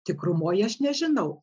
tikrumoj aš nežinau